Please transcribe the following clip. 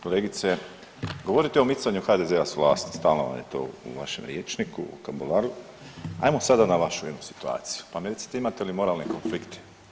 Kolegice, govorite o micanju HDZ-a s vlasti stalno vam je to u vašem rječniku, vokabularu, ajmo sada na vašu jednu situaciju pa mi recite imate li moralne konflikte?